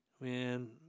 man